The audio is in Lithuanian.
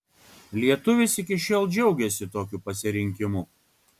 lietuvis iki šiol džiaugiasi tokiu pasirinkimu